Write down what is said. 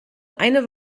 eine